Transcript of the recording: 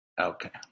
Okay